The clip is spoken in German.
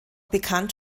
bekannt